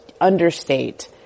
understate